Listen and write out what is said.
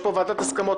יש פה ועדת הסכמות.